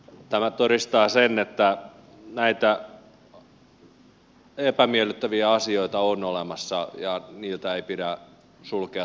tämä todistaa sen että näitä epämiellyttäviä asioita on olemassa ja niiltä ei pidä sulkea silmiään